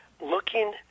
looking